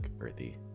earthy